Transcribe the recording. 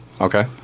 Okay